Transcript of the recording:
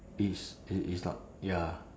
it's it is not ya